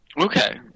okay